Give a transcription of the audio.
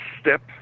step